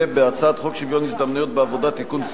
הצעת חוק שוויון ההזדמנויות בעבודה (תיקון,